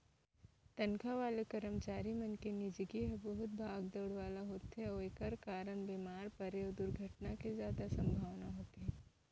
तनखा वाले करमचारी मन के निजगी ह बहुत भाग दउड़ वाला होथे अउ एकर कारन बेमार परे अउ दुरघटना के जादा संभावना होथे